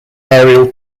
aerial